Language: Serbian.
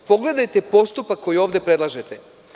Pogledajte postupak koji ovde predlažete.